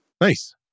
Nice